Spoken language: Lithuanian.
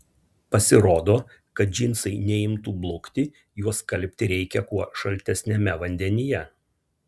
pasirodo kad džinsai neimtų blukti juos skalbti reikia kuo šaltesniame vandenyje